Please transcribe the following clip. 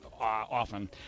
often